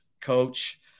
coach